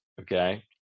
okay